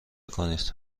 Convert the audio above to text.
کنید